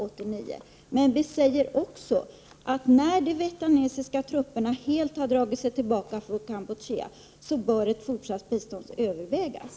Vi säger emellertid också att när de vietnamesiska trupperna helt har dragit sig tillbaka från Kampuchea så bör ett fortsatt bistånd övervägas.